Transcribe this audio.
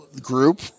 group